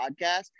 podcast